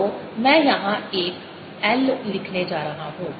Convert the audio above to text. तो मैं यहां एक L लिखने जा रहा हूं